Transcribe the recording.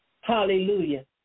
hallelujah